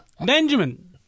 Benjamin